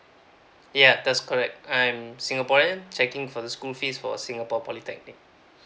yeuh that's correct I'm singaporean checking for the school fees for singapore polytechnic